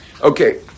Okay